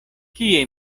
kie